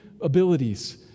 abilities